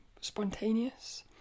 spontaneous